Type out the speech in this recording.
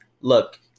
look